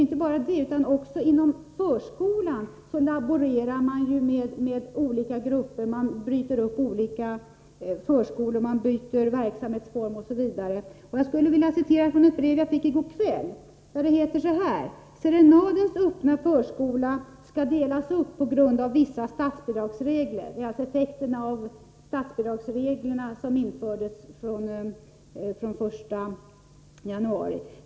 Men också inom förskolan laborerar man med olika grupper. Man bryter upp olika förskolor, byter verksamhetsform osv. Jag skulle vilja läsa ur ett brev som jag fick i går kväll. Det är alltså en effekt av statsbidragsreglerna som infördes från den 1 januari.